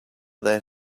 that